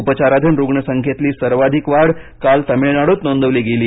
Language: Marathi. उपचाराधीन रुग्ण संख्येतली सर्वाधिक वाढ काल तमिळनाडूत नोंदवली गेली